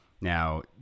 now